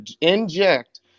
inject